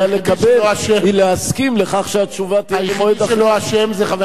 היה לקבל היא להסכים לכך שהתשובה תהיה במועד אחר.